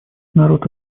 народ